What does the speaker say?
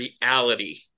reality